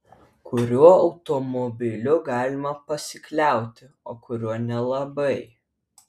kuriuo automobiliu galima pasikliauti o kuriuo nelabai